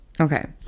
Okay